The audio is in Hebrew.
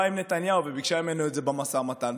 עם נתניהו וביקשה ממנו את זה במשא ומתן,